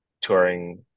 touring